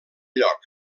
lloc